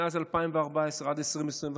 מאז 2014 עד 2021,